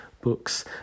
books